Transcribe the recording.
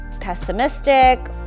pessimistic